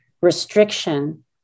restriction